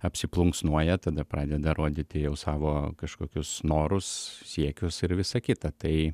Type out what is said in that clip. apsiplunksnuoja tada pradeda rodyti jau savo kažkokius norus siekius ir visa kita tai